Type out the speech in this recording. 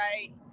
right